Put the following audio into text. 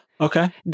Okay